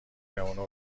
بمونه